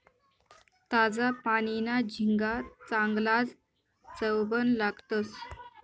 ताजा पानीना झिंगा चांगलाज चवबन लागतंस